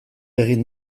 egin